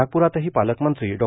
नागपूरातही पालकमंत्री डॉ